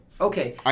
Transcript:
Okay